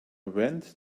went